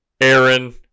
Aaron